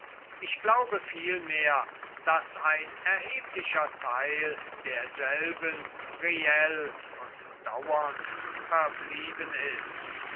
ich glaube vielmehr daß ein erheblicher teil derselben reell und dauernd verblieben ist